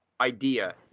idea